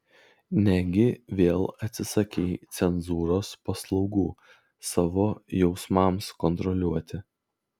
negi vėl atsisakei cenzūros paslaugų savo jausmams kontroliuoti